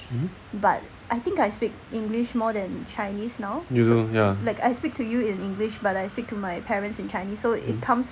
mmhmm you know ya mmhmm